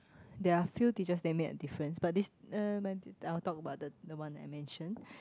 there are a few teachers that made a difference but this uh I'll talk about the the one that I mentioned